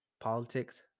politics